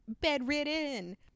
bedridden